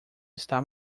está